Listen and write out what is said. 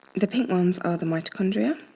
the pink ones are the mitochondria,